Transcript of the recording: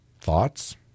Thoughts